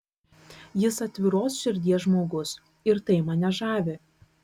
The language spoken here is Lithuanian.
jis atviros širdies žmogus ir tai mane žavi